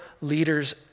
leaders